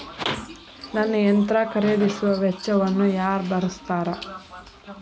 ನನ್ನ ಯಂತ್ರ ಖರೇದಿಸುವ ವೆಚ್ಚವನ್ನು ಯಾರ ಭರ್ಸತಾರ್?